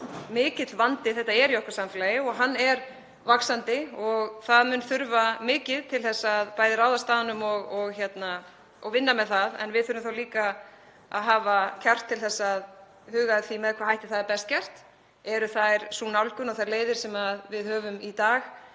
mikill vandi þetta er í okkar samfélagi og hann fer vaxandi og það mun þurfa mikið til að bæði ráðast að honum og vinna með það. En við þurfum líka að hafa kjark til að huga að því með hvaða hætti það er best gert. Er sú nálgun og þær leiðir sem við höfum í dag